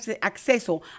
acceso